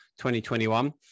2021